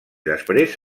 després